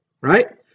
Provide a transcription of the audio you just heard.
right